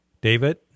David